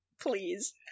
Please